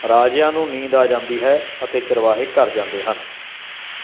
ਰਾਜਿਆਂ ਨੂੰ ਨੀਂਦ ਆ ਜਾਂਦੀ ਹੈ ਅਤੇ ਚਰਵਾਹੇ ਘਰ ਜਾਂਦੇ ਹਨ